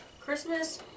Christmas